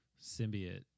symbiote